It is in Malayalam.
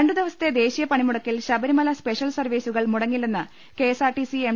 രണ്ടു ദിവസത്തെ ദേശീയ പണിമുടക്കിൽ ശബരിമല സ്പെഷ്യൽ സർവീസുകൾ മുടങ്ങില്ലെന്ന് K S R T C M